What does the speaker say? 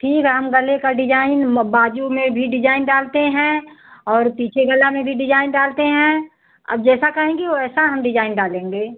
ठीक है हम गले का डिजाइन बाजू में भी डिजाइन डालते हैं और पीछे गला में भी डिजाइन डालते हैं आप जैसा कहेंगी वैसा हम डिजाइन डालेंगे